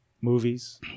Movies